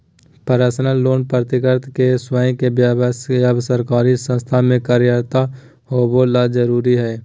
personal loan प्राप्तकर्ता के स्वयं के व्यव्साय या सरकारी संस्था में कार्यरत होबे ला जरुरी हइ